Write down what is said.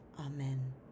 amen